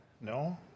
no